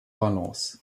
balance